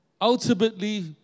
ultimately